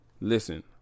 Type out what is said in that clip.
listen